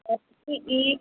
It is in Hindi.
H P he